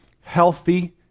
healthy